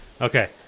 Okay